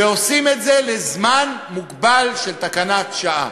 ועושים את זה לזמן מוגבל של תקנת שעה.